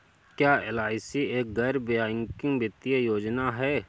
क्या एल.आई.सी एक गैर बैंकिंग वित्तीय योजना है?